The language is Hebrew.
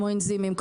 כמו אינזימים,